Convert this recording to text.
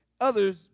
Others